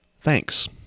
Thanks